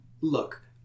Look